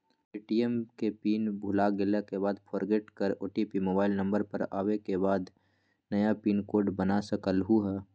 ATM के pin भुलागेल के बाद फोरगेट कर ओ.टी.पी मोबाइल नंबर पर आवे के बाद नया पिन कोड बना सकलहु ह?